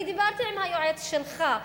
דיברתי עם היועץ שלך.